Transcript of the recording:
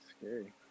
Scary